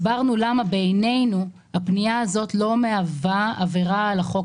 הסברנו למה בעינינו הפנייה הזאת לא מהווה עבירה על החוק